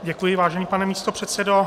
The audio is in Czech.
Děkuji, vážený pane místopředsedo.